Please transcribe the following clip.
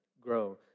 grow